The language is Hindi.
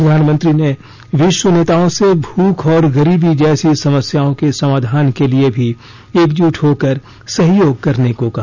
प्रधानमंत्री ने विश्व नेताओं से भूख और गरीबी जैसी समस्याओं के समाधान के लिए भी एक जूट होकर सहयोग करने को कहा